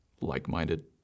like-minded